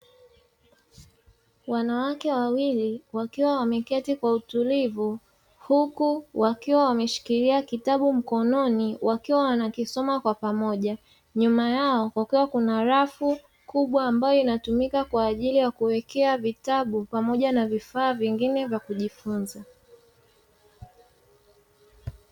Wanawake wawili wakiwa wameketi kwa utulivu, huku wakuwa wameshikilia kitabu mkononi wakiwa wanakisoma kwa pamoja, nyuma yao kukiwa kuna rafu kubwa ambayo inatumika kwaajili ya kuwekea vitabu na vifaa vingine vyakujifunza.